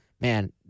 man